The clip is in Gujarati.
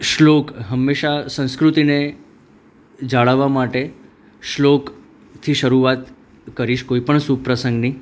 શ્લોક હંમેશા સંસ્કૃતિને જાળવવા માટે શ્લોકથી શરૂઆત કરીશ કોઈપણ શુભ પ્રસંગની